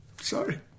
Sorry